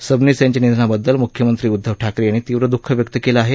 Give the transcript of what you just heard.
सबनीस यांच्या निधनाबददल मुख्यंत्री उदधव ठाकरे यांनी तीव दुःख व्यक्त केलं आहे